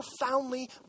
profoundly